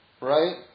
right